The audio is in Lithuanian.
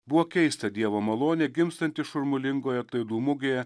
buvo keista dievo malonė gimstanti šurmulingoje atlaidų mugėje